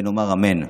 ונאמר אמן".